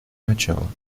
начало